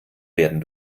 werden